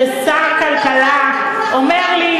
ששר הכלכלה אומר לי: